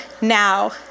now